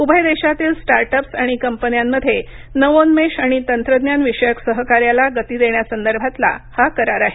उभय देशातील स्टार्टअप्स आणि कंपन्यांमध्ये नवोन्मेष आणि तंत्रज्ञान विषयक सहकार्याला गतीदेण्यासंदर्भातला हा करार आहे